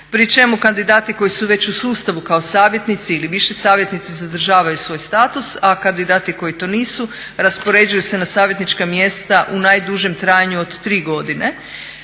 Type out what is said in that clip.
pri čemu kandidati koji su već u sustavu kao savjetnici ili viši savjetnici zadržavaju svoj status a kandidati koji to nisu raspoređuju se na savjetnička mjesta u najdužem trajanju od 3 godine.